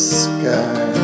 sky